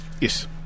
Yes